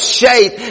shape